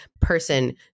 person